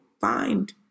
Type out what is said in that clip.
find